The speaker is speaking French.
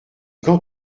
quand